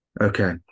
Okay